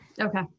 Okay